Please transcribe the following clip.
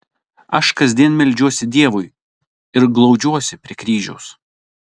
aš kasdien meldžiuosi dievui ir glaudžiuosi prie kryžiaus